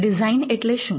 design એટલે શું